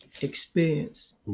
experience